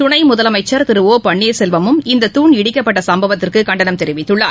துணை முதலமைச்ச் திரு ஒ பன்னீர்செல்வமும் இந்த துண் இடிக்கப்பட்ட சம்பவத்துக்கு கண்டனம் தெரிவித்துள்ளார்